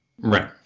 Right